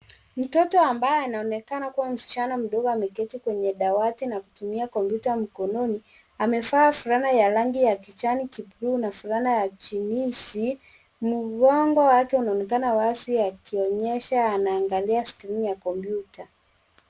Mtoto ambaye anaonekana kuwa msichana mdogo ameketi kwenye dawati na kutumia kompyuta mkononi. Amevaa fulana ya rangi ya kijani kijivu na fulana ya jeans .Mgongo wake anaonekana wazi akionyesha anaangalia skrini ya kompyuta.